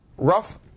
Rough